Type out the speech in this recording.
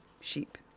sheep